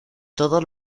todos